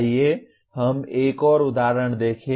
आइए हम एक और उदाहरण देखें